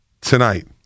tonight